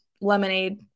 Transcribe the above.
lemonade